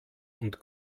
und